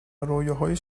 رویاهای